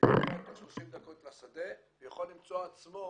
ואחרי 30 דקות מהשדה הוא יכול למצוא עצמו